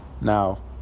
now